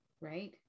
right